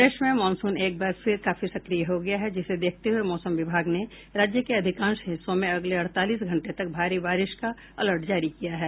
प्रदेश में मॉनसून एकबार फिर काफी सक्रिय हो गया है जिसे देखते हुए मौसम विभाग ने राज्य के अधिकांश हिस्सों में अगले अड़तालीस घंटे तक भारी बारिश का अलर्ट जारी किया है